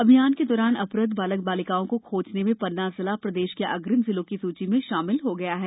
अभियान के दौरान अपहृत बालक बालिकाओं को खोजने में पन्ना जिला प्रदेश के अग्रिम जिलों की सूची में शामिल हो गया है